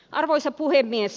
arvoisa puhemies